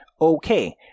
Okay